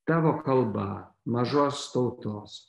tavo kalba mažos tautos